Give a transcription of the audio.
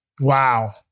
Wow